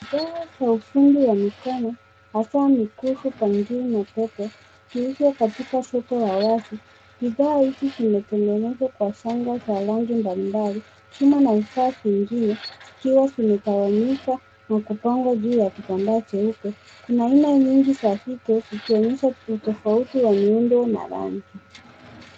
za ufundi wa mikono hasa mikufu, bangili na pete zikiuzwa katika soko la wazi. Bidhaa hizi zimetengenezwa kwa shanga za rangi mbalimbali .Chuma na vifaa vingine zikiwa zimetawanyika na kupangwa juu ya kitamba cheupe. Kuna aina nyingi za vito vikionyesha tofauti wa miundo na rangi.